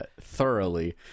thoroughly